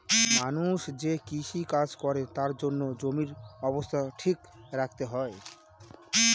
মানুষ যে কৃষি কাজ করে তার জন্য জমির অবস্থা ঠিক রাখতে হয়